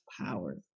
power